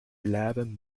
eleven